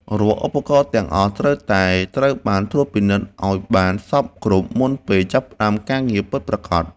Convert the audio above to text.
រាល់ឧបករណ៍ទាំងអស់ត្រូវតែត្រូវបានត្រួតពិនិត្យឱ្យបានសព្វគ្រប់មុនពេលចាប់ផ្តើមការងារពិតប្រាកដ។